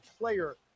player